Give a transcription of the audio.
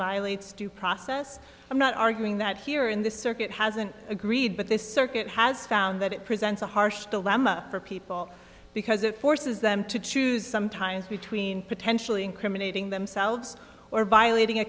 violates due process i'm not arguing that here in the circuit hasn't agreed but this circuit has found that it presents a harsh dilemma for people because it forces them to choose sometimes between potentially incriminating themselves or violating a